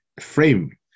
frame